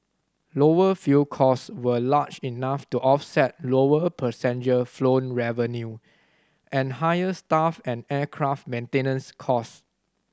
lower fuel cost were large enough to offset lower passenger flown revenue and higher staff and aircraft maintenance cost